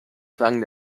klang